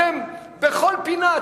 אתם בכל פינה,